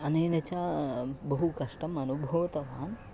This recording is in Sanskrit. अनेन च बहु कष्टम् अनुभूतवान्